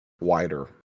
wider